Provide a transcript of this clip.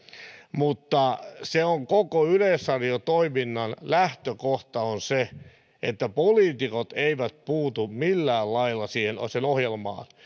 mutta koko yleisradiotoiminnan lähtökohta on se että poliitikot eivät puutu millään lailla sen ohjelmaan